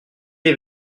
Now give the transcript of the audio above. les